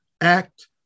act